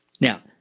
Now